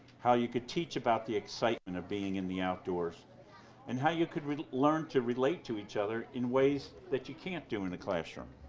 how you could teach about the excitement of being in the outdoors and how you could learn to relate to each other in ways that you can't do in the classroom,